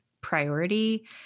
priority